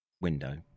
window